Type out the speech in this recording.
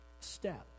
step